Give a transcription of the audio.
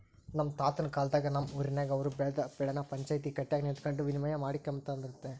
ನಮ್ ತಾತುನ್ ಕಾಲದಾಗ ನಮ್ ಊರಿನಾಗ ಅವ್ರು ಬೆಳ್ದ್ ಬೆಳೆನ ಪಂಚಾಯ್ತಿ ಕಟ್ಯಾಗ ನಿಂತಕಂಡು ವಿನಿಮಯ ಮಾಡಿಕೊಂಬ್ತಿದ್ರಂತೆ